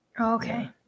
Okay